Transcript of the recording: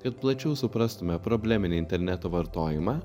kad plačiau suprastumė probleminį interneto vartojimą